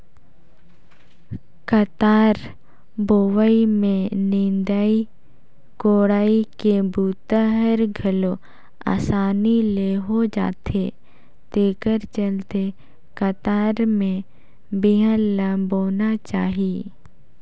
कतार बोवई में निंदई कोड़ई के बूता हर घलो असानी ले हो जाथे तेखर चलते कतार में बिहन ल बोना चाही